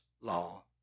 law